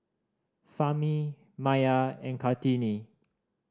Fahmi Maya and Kartini